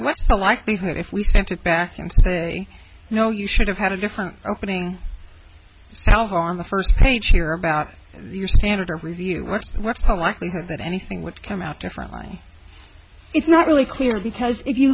what's the likelihood if we sent it back and say no you should have had a different opening salvo on the first page here about your standard or review what's the likelihood that anything would come out differently it's not really clear because if you